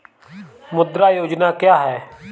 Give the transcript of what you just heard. मुद्रा योजना क्या है?